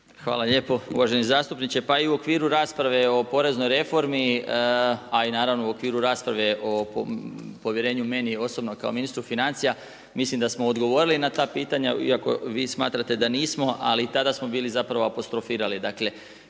Hvala lijepo. Uvaženi zastupniče, pa i u okviru rasprave o poreznoj reformi, a i u okviru rasprave o povjerenju meni osobno kao ministru financija, mislim da smo odgovorili na ta pitanja iako vi smatrate da nismo, ali tada smo bili apostrofirali.